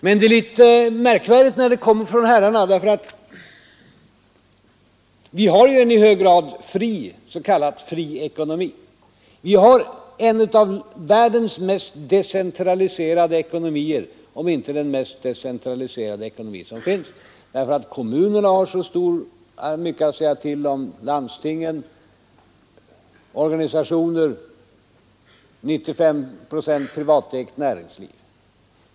Men det är litet märkvärdigt när det kommer från herrarna, därför att vi har ju i hög grad en s.k. fri ekonomi. Vi har en av världens mest decentraliserade ekonomier, om inte den mest decentraliserade ekonomi som finns, eftersom kommunerna har så mycket att säga till om liksom landsting och organisationer — och vi har ett till 95 procent privatägt näringsliv.